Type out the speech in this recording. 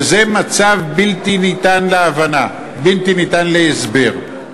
וזה מצב בלתי ניתן להבנה, בלתי ניתן להסבר.